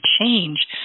change